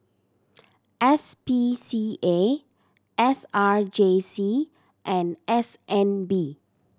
S P C A S R J C and S N B